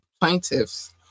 plaintiffs